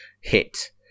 hit